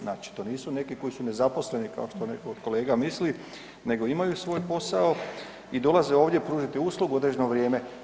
Znači to nisu neki koji su nezaposleni kao što netko od kolega misli nego imaju svoj posao i dolaze ovdje pružiti uslugu određeno vrijeme.